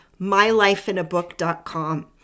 mylifeinabook.com